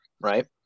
right